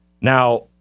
Now